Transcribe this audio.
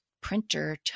printer